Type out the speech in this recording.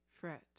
Fret